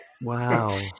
wow